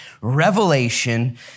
Revelation